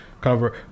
cover